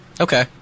okay